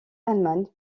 allemagne